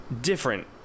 different